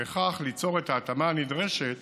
ובכך ליצור את ההתאמה הנדרשת